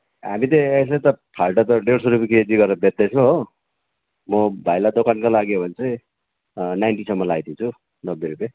हामी त यसै त फाल्टो त डेढ सय रुपियाँ केजी गरेर बेच्दैछ हो म भाइलाई दोकानको लागि हो भने चाहिँ नाइन्टीसम्म लाइदिन्छु नब्बे रुपियाँ